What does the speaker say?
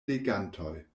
legantoj